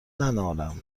ننالم